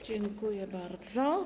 Dziękuję bardzo.